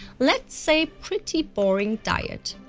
let say pretty boring diet.